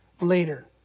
later